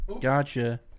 Gotcha